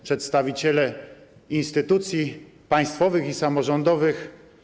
Przedstawiciele instytucji państwowych i samorządowych!